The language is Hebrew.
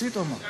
ברוסית הוא אמר.